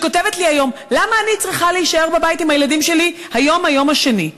שכותבת לי היום: למה אני צריכה להישאר בבית עם הילדים שלי זה היום השני?